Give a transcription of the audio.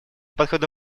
подходу